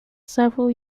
several